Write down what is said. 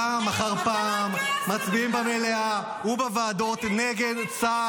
פעם אחר פעם אתם מצביעים במליאה ובוועדות נגד צה"ל.